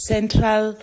Central